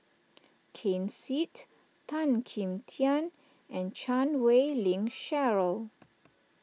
Ken Seet Tan Kim Tian and Chan Wei Ling Cheryl